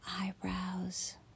eyebrows